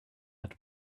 had